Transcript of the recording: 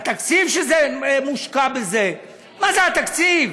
התקציב שמושקע בזה, מה זה התקציב?